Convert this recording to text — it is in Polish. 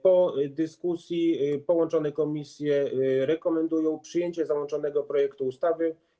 Po dyskusji połączone komisje rekomendują przyjęcie załączonego projektu ustawy.